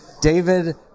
david